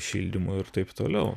šildymu ir taip toliau